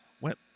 went